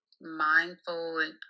mindful